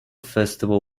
festival